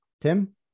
Tim